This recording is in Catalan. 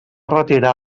retirar